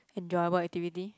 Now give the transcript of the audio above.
enjoyable activity